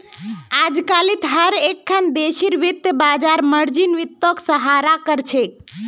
अजकालित हर एकखन देशेर वित्तीय बाजार मार्जिन वित्तक सराहा कर छेक